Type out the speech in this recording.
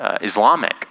Islamic